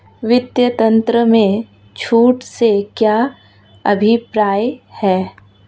वित्तीय तंत्र में छूट से क्या अभिप्राय है?